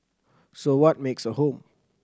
so what makes a home